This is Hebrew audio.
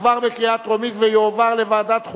עברה בקריאה טרומית ותועבר לוועדת